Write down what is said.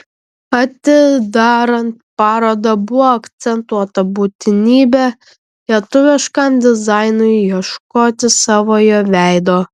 atidarant parodą buvo akcentuota būtinybė lietuviškam dizainui ieškoti savojo veido